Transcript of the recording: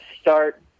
start